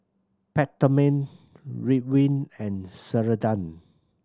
Peptamen Ridwind and Ceradan